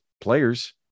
players